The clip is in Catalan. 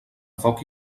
foc